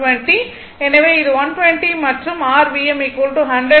எனவே இது 120 மற்றும் r Vm 100 வோல்ட்ஸ்